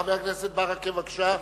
חבר הכנסת ברכה, בבקשה.